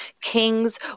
Kings